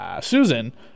Susan